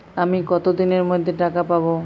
আমি কতদিনের মধ্যে টাকা পাবো?